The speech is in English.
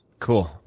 cool.